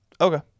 Okay